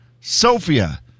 Sophia